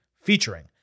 featuring